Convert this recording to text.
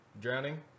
drowning